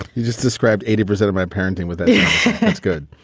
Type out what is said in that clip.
you just described eighty percent of my parenting with it. that's good